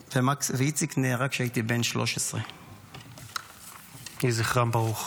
ואיציק נהרג כשהייתי בן 13. יהי זכרו ברוך,